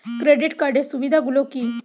Credit কার্ডের সুবিধা গুলো কি?